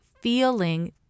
feeling